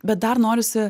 bet dar norisi